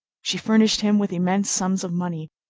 she furnished him with immense sums of money,